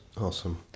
Awesome